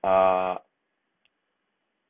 uh